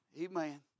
Amen